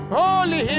holy